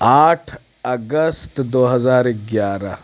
آٹھ اگست دو ہزار گیارہ